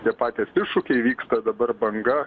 tie patys iššūkiai vyksta dabar banga